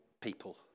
people